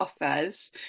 offers